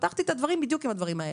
פתחתי את הדיון בדיוק בדברים האלה.